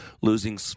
losing